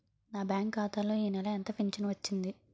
నా బ్యాంక్ ఖాతా లో ఈ నెల ఎంత ఫించను వచ్చింది?